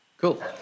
Cool